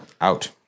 out